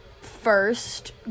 first